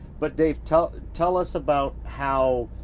but dave, tell tell us about how